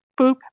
boop